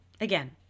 Again